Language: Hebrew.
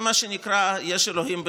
זה מה שנקרא יש אלוהים בשמיים.